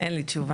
אין לי תשובה.